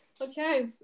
okay